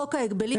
חוק ההגבלים,